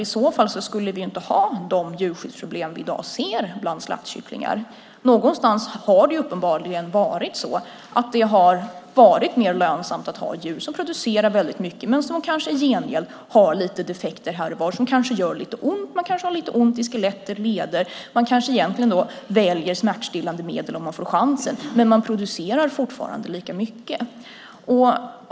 I så fall skulle vi ju inte ha de djurskyddsproblem vi i dag ser bland slaktkycklingar. Någonstans har det uppenbarligen varit mer lönsamt att ha djur som producerar mycket men som kanske i gengäld har lite defekter här och var, som kanske gör att de har ont i skelett eller leder och kanske väljer smärtstillande medel om de får chansen, men fortfarande producerar lika mycket.